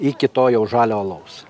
iki to jau žalio alaus